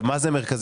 מה זה מרכזים?